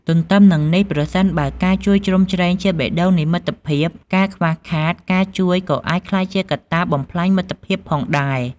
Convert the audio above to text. ទទ្ទឹមនឹងនេះ ប្រសិនបើការជួយជ្រោមជ្រែងជាបេះដូងនៃមិត្តភាព ការខ្វះខាត ការជួយក៏អាចក្លាយជាកត្តាបំផ្លាញមិត្តភាពផងដែរ។